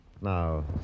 Now